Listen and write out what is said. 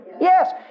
Yes